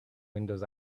windows